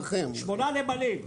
שמונה נמלים.